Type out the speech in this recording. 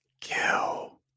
Kill